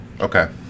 Okay